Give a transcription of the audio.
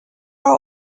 are